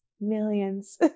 millions